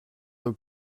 peu